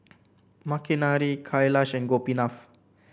Makineni Kailash and Gopinath